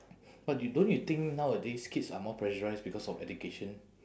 but you don't you think nowadays kids are more pressurised because of education